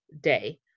day